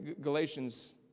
Galatians